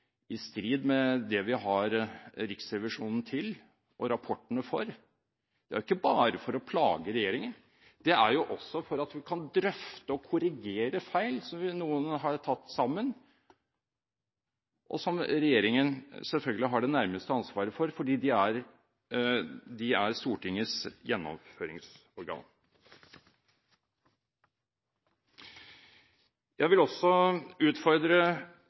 i strid med det vi har Riksrevisjonen til og rapporten for. Det er jo ikke bare for å plage regjeringen, det er også for at vi kan drøfte og korrigere feil som noen har tatt sammen, og som regjeringen selvfølgelig har det nærmeste ansvaret for fordi de er Stortingets gjennomføringsorgan. Jeg vil også utfordre